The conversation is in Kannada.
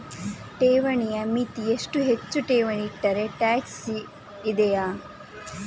ಠೇವಣಿಯ ಮಿತಿ ಎಷ್ಟು, ಹೆಚ್ಚು ಠೇವಣಿ ಇಟ್ಟರೆ ಟ್ಯಾಕ್ಸ್ ಇದೆಯಾ?